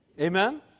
Amen